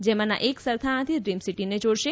જેમાંનાં એક સરથાણાથી ડ્રીમ સીટીને જોડશે